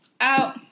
Out